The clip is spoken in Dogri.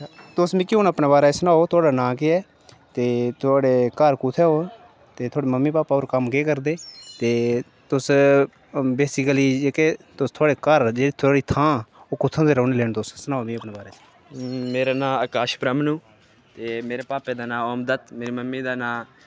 तुस मिकी हून अपने बारै च सनाओ थोआड़ा नां केह् ऐ ते थोआड़े घर कुत्थे न ते थुआड़े मम्मी पापा होर कम्म केह् करदे ते तुस बेसीकली जेह्के तुस थुआड़े घर जेह्ड़ी थोआड़ी थां ओह् कुत्थे दे रौंह्ने आह्ले ओ तुस सनाओ मिकी अपने बारे च मेरा नां अकाश ब्रैह्मनु ते मेरे पापे दा नां ओम दत्त मेरी मम्मी हा नां